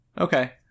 Okay